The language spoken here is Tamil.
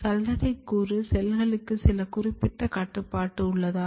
சல்லடை கூறு செல்களுக்கு சில குறிப்பிட்ட கட்டுப்பாடு உள்ளதா